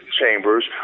chambers